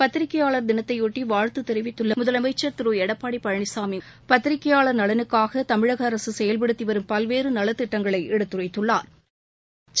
பத்திரிகையாளா் தினத்தையொட்டிவாழ்த்துதெரிவித்துள்ளமுதலமைச்சர் திருளப்பாடிபழனிசாமி பத்திரிகையாளா் நலனுக்காகதமிழகஅரசுசெயல்படுத்திவரும் பல்வேறுநலத்திட்டங்களைஎடுத்துரைத்துள்ளாா்